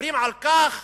מדברים על כך